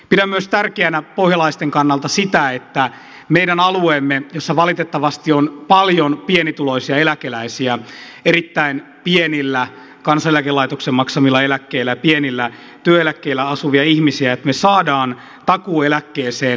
pidän myös tärkeänä pohjalaisten kannalta sitä kun meidän alueellamme valitettavasti on paljon pienituloisia eläkeläisiä erittäin pienillä kansaneläkelaitoksen maksamilla eläkkeillä pienillä työeläkkeillä asuvia ihmisiä että me saamme takuueläkkeeseen pienen korotuksen